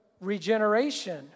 regeneration